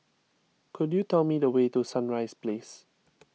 could you tell me the way to Sunrise Place